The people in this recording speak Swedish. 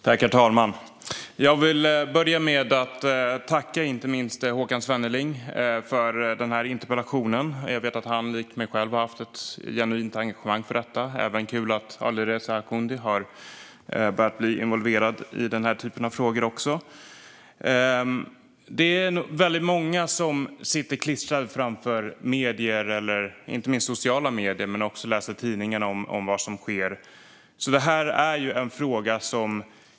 Herr talman! Låt mig börja med att tacka inte minst Håkan Svenneling för denna interpellation. Jag vet att han liksom jag har ett genuint engagemang för detta. Det är även kul att Alireza Akhondi börjat bli involverad i denna typ av frågor. Många sitter nu klistrade framför sociala medier och ser vad som sker. Andra läser om det i tidningarna.